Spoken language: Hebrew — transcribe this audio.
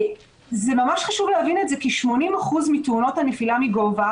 ממש חשוב להבין את זה כי 80% מתאונות הנפילה מגובה